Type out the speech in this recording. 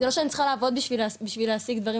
זה לא שאני צריכה לעבוד בשביל להשיג דברים